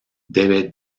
debe